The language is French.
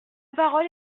parole